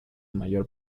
mayor